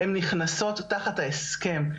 הן נכנסות תחת ההסכם.